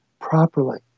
properly